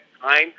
time